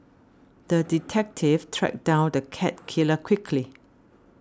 the detective tracked down the cat killer quickly